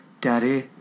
Daddy